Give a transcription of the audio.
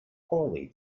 poorly